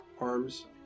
arms